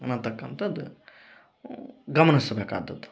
ಅನತಕ್ಕಂಥದ್ದ ಗಮನಿಸಬೇಕಾದದ್ದು